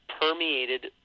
permeated